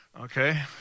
okay